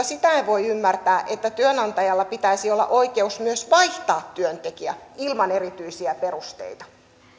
sitä en voi ymmärtää että työnantajalla pitäisi olla oikeus myös vaihtaa työntekijä ilman erityisiä perusteita ja